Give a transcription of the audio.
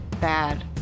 bad